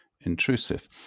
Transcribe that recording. intrusive